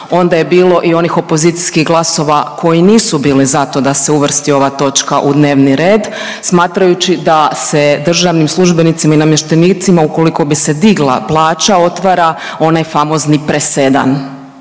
onda je bilo i onih opozicijskih glasova koji nisu bili za to da se uvrsti ova točka u dnevni red smatrajući da se državnim službenicima i namještenicima ukoliko bi se digla plaća otvara onaj famozni presedan,